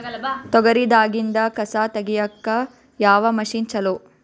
ತೊಗರಿ ದಾಗಿಂದ ಕಸಾ ತಗಿಯಕ ಯಾವ ಮಷಿನ್ ಚಲೋ?